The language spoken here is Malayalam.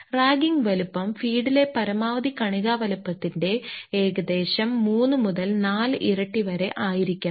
റാഗിംഗ് വലുപ്പം ഫീഡിലെ പരമാവധി കണികാ വലിപ്പത്തിന്റെ ഏകദേശം 3 മുതൽ 4 ഇരട്ടി വരെ ആയിരിക്കണം